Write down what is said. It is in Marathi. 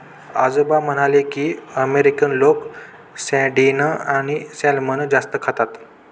आजोबा म्हणाले की, अमेरिकन लोक सार्डिन आणि सॅल्मन जास्त खातात